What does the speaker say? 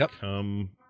come